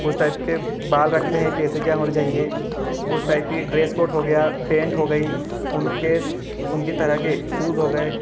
उस टाइप के बाल रखते हें कैसे क्या होने चाहिए उस टाइप की ड्रेस कोट हो गया पेंट हो गई उनके उनकी तरह के सूज़ हो गए